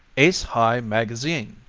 ace-high magazine,